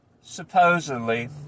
supposedly